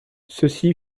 ceci